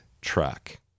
track